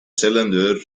cylinder